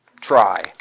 Try